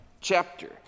chapter